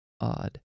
odd